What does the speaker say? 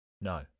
No